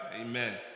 Amen